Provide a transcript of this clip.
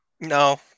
No